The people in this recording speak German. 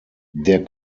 der